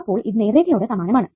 അപ്പോൾ ഇത് നേർരേഖയോട് സമാനമാണ്